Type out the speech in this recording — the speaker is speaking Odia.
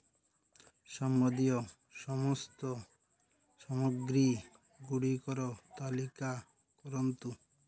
ସମ୍ବନ୍ଧୀୟ ସମସ୍ତ ସାମଗ୍ରୀ ଗୁଡ଼ିକର ତାଲିକା କରନ୍ତୁ